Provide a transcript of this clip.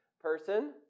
person